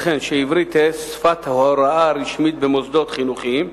וכן שהעברית תהא שפת ההוראה הרשמית במוסדות חינוכיים.